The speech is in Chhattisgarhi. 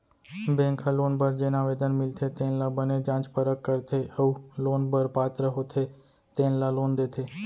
बेंक ह लोन बर जेन आवेदन मिलथे तेन ल बने जाँच परख करथे अउ लोन बर पात्र होथे तेन ल लोन देथे